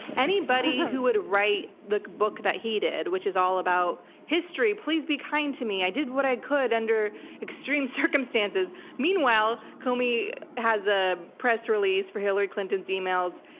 anybody who would write the book that he did, which is all about, history, please be kind to me. i did what i could under extreme circumstances. meanwhile, comey has a press release for hillary clinton's e-mails,